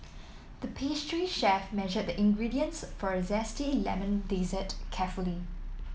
the pastry chef measured the ingredients for a zesty lemon dessert carefully